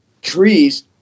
trees